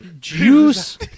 Juice